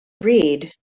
read